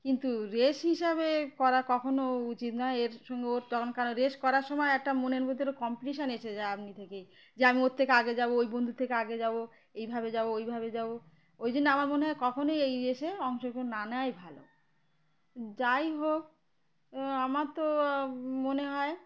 কিন্তু রেস হিসাবে করা কখনো উচিত নয় এর সঙ্গে ওর তখন কারণ রেস করার সময় একটা মনের মধ্যে একটা কম্পিটিশন এসে যায় আপনা থেকেই যে আমি ওর থেকে আগে যাব ওই বন্ধুর থেকে আগে যাব এইভাবে যাব ওইভাবে যাব ওই জন্য আমার মনে হয় কখনোই এই রেসে অংশগ্রহণ না নেওয়াই ভালো যাই হোক আমার তো মনে হয়